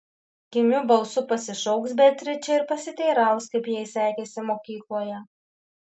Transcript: kimiu balsu pasišauks beatričę ir pasiteiraus kaip jai sekėsi mokykloje